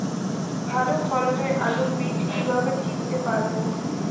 ভালো ফলনের আলু বীজ কীভাবে চিনতে পারবো?